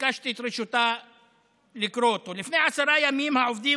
ביקשתי את רשותה לקרוא אותו: לפני עשרה ימים העובדים